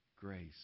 grace